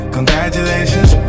Congratulations